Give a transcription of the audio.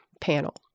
panel